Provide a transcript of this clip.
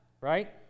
Right